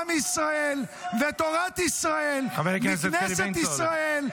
עם ישראל ותורת ישראל מכנסת ישראל,